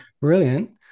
brilliant